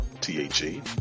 T-H-E